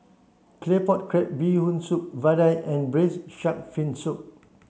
Claypot Crab Bee Hoon Soup Vadai and braised shark fin soup